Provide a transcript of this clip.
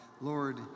Lord